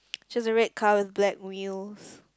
she has a red car with black wheels